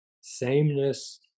sameness